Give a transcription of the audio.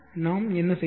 நாம் என்ன செய்வது